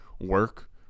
work